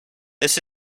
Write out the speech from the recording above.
this